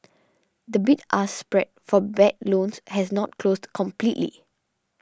the bid ask spread for bad loans has not closed completely